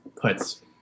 puts